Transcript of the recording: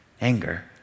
anger